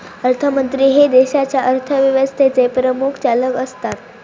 अर्थमंत्री हे देशाच्या अर्थव्यवस्थेचे प्रमुख चालक असतत